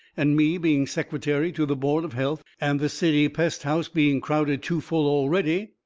and me being secretary to the board of health, and the city pest-house being crowded too full already,